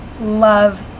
love